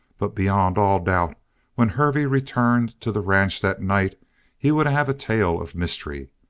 but beyond all doubt when hervey returned to the ranch that night he would have a tale of mystery.